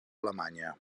alemanya